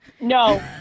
no